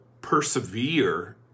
persevere